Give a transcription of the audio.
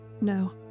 No